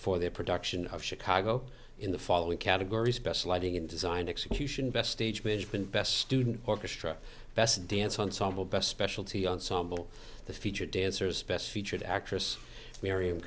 for their production of chicago in the following categories best lighting and design execution best stage management best student orchestra best dance ensemble best specialty ensemble the featured dancers best featured actress miriam